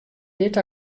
dit